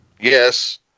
Yes